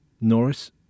Norris